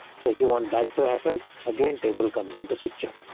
so if you want that to happen again, table comes into picture.